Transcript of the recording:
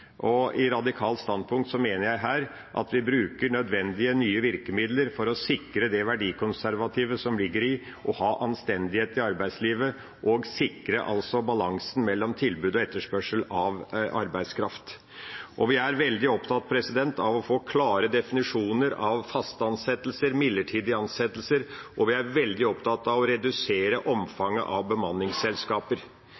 Og med radikalt standpunkt mener jeg her at vi bruker nødvendige nye virkemidler for å sikre det verdikonservative som ligger i å ha anstendighet i arbeidslivet, og sikre balansen mellom tilbud og etterspørsel av arbeidskraft. Vi er veldig opptatt av å få klare definisjoner av faste ansettelser, midlertidige ansettelser. Vi er veldig opptatt av å redusere